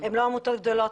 הן לא עמותות גדולות,